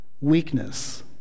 weakness